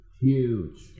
huge